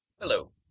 Hello